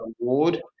Award